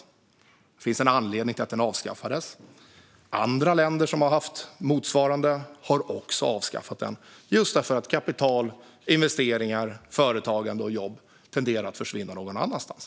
Det fanns en anledning till att den avskaffades. Andra länder som har haft motsvarande har också avskaffat det, just därför att kapital, investeringar, företagande och jobb tenderar att försvinna någon annanstans.